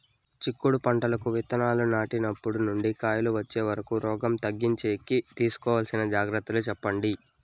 చిక్కుడు పంటకు విత్తనాలు నాటినప్పటి నుండి కాయలు వచ్చే వరకు రోగం తగ్గించేకి తీసుకోవాల్సిన జాగ్రత్తలు చెప్పండి?